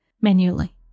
manually